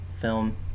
film